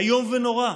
איום ונורא.